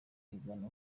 kwigana